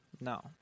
No